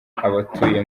abatuye